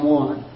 one